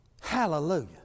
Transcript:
hallelujah